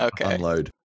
unload